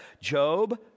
Job